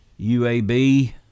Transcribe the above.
UAB –